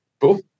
cool